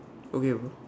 okay bro